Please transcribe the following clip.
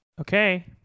Okay